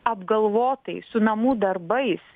apgalvotai su namų darbais